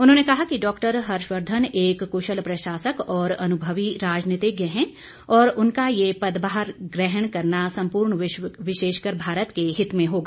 उन्होंने कहा कि डॉ हर्ष वर्धन एक कुशल प्रशासक और अनुभवी राजनीतिज्ञ हैं और उनका यह पदभार ग्रहण करना सम्पूर्ण विश्व विशेषकर भारत के हित में होगा